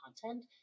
content